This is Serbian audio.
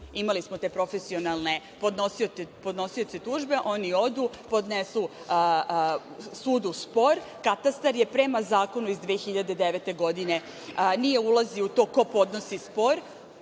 imali smo te profesionalne podnosioce tužbe, oni odu, podnesu sudu spor, Katastar prema zakonu iz 2009. godine nije ulazio u to ko podnosi spor,